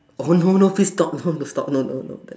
oh no no please stop no no stop no no not that